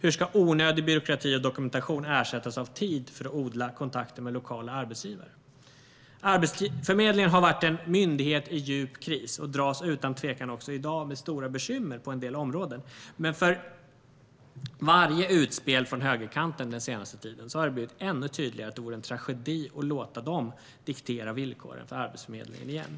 Hur ska onödig byråkrati och dokumentation ersättas av tid för att odla kontakter med lokala arbetsgivare? Arbetsförmedlingen har varit en myndighet i djup kris, och den dras utan tvivel också i dag med stora bekymmer på en del områden. För varje utspel från högerkanten den senaste tiden har det blivit ännu tydligare att det vore en tragedi att låta dem diktera villkoren för Arbetsförmedlingen igen.